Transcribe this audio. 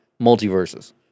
multiverses